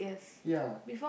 ya